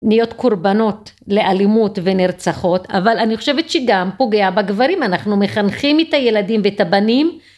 נהיות קורבנות לאלימות ונרצחות אבל אני חושבת שגם פוגע בגברים אנחנו מחנכים את הילדים ואת הבנים